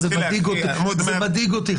זה מדאיג אותי.